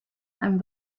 and